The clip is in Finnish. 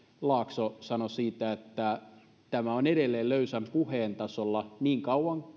laakso sanoi siitä että tämä on edelleen löysän puheen tasolla niin kauan